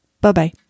Bye-bye